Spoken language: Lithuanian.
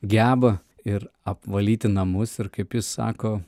geba ir apvalyti namus ir kaip jis sako